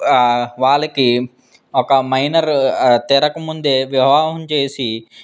వాళ్ళకి ఒక మైనర్ తీరకు ముందే వివాహం చేసి